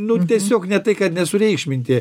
nu tiesiog ne tai kad nesureikšminti